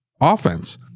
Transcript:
offense